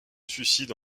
suicide